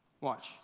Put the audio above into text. Watch